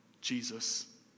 Jesus